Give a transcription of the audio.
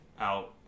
out